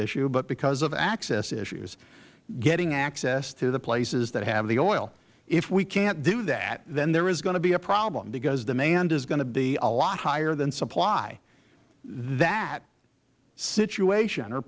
issue but because of access issues getting access to the places that have the oil if we can't do that then there is going to be a problem because demand is going to be a lot higher than supply that situation or